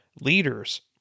leaders